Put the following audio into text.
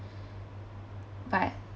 but